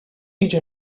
idzie